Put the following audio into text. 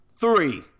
three